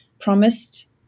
promised